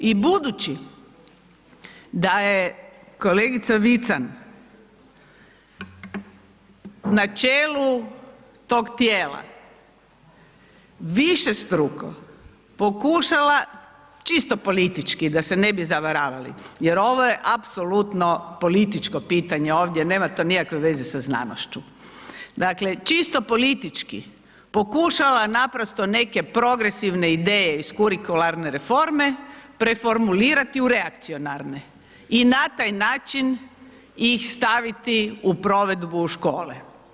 I budući da je kolegica Vican na čelu tog tijela, višestruko pokušala čisto politički da se ne bi zavaravali jer ovo je apsolutno političko pitanje ovdje, nema to nikakve veze sa znanošću, dakle, čisto politički pokušala naprosto neke progresivne ideje iz kurikularne reforme preformulirati u reakcionarne i na taj ih staviti u provedbu u škole.